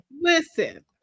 listen